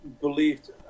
believed